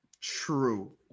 True